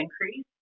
increase